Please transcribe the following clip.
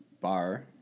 bar